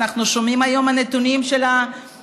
אנחנו שומעים היום על נתונים של רמת